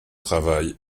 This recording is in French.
travail